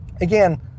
again